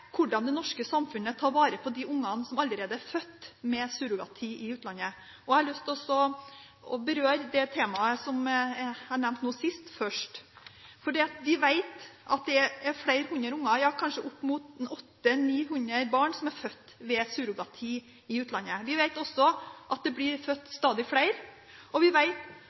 hvordan det norske samfunnet tar vare på de ungene som allerede er født gjennom surrogati i utlandet. Jeg har lyst til å berøre det temaet som jeg nevnte nå sist, først. Vi vet at det er flere hundre unger, ja kanskje opp mot 800–900 som er født ved surrogati i utlandet. Vi vet også at det blir født stadig flere, og vi